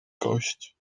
gość